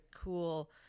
cool –